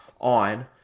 on